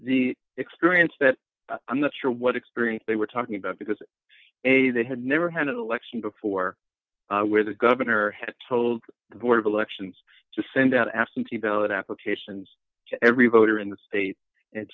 the experience that i'm not sure what experience they were talking about because a they had never had an election before where the governor had told the board of elections to send out absentee ballot applications to every voter in the state and